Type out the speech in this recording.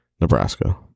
Nebraska